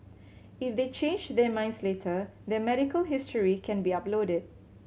if they change their minds later their medical history can be uploaded